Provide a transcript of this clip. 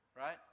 right